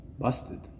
Busted